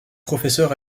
professeur